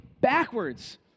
backwards